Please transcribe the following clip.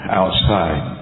outside